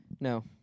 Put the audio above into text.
No